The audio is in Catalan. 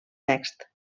text